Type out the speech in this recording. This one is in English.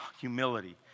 humility